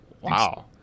Wow